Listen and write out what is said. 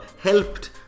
helped